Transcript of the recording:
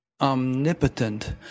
omnipotent